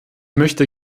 möchte